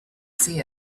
see